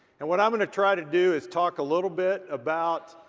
and what i'm gonna try to do is talk a little bit about.